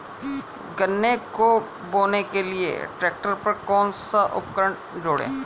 गन्ने को बोने के लिये ट्रैक्टर पर कौन सा उपकरण जोड़ें?